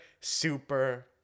super